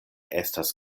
estas